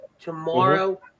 tomorrow